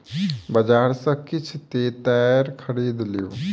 बजार सॅ किछ तेतैर खरीद लिअ